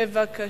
בבקשה.